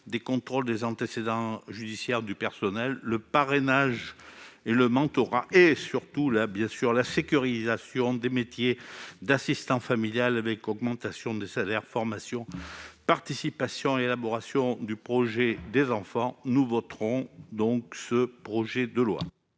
du contrôle des antécédents judiciaires des personnels, le parrainage et le mentorat, et surtout la sécurisation du métier d'assistant familial avec l'augmentation des salaires, la formation et la participation à l'élaboration du projet des enfants. Par conséquent, notre groupe votera ce projet de loi.